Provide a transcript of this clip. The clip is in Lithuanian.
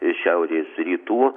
iš šiaurės rytų